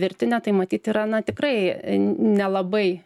virtinę tai matyt yra na tikrai n nelabai